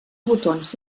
botons